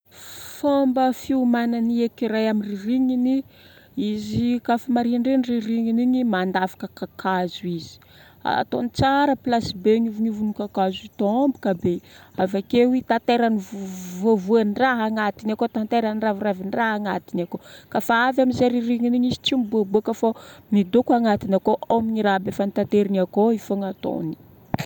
Fomba fiomanan'ny écureuil amin'ny ririgniny, izy kafa marindrigny ririgniny igny, mandafoka kakazo izy. Ataony tsra place be anivonivon'ny kakazo tomboka be. Avake itaterany vovo- vovoan-draha agnatiny akao, itaterany raviravin-draha gnatiny akao. Kafa avy amin'izay ririgniny, izy tsy mivoaboaka fô midoko agnatiny akao. Ao amin'ny raha be efa notateriny akao io fogna ataony.